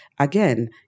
Again